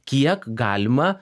kiek galima